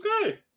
Okay